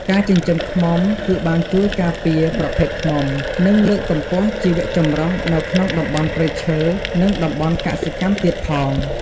ការចិញ្ចឹមឃ្មុំគឺបានជួយការពារប្រភេទឃ្មុំ និងលើកកម្ពស់ជីវចម្រុះនៅក្នុងតំបន់ព្រៃឈើ និងតំបន់កសិកម្មទៀតផង។